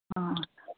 ആ ആ